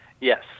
Yes